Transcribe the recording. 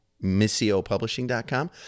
missiopublishing.com